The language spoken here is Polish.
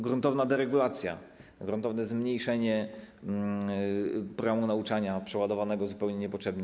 Gruntowna deregulacja, gruntowne zmniejszenie programu nauczania przeładowanego zupełnie niepotrzebnie.